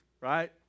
right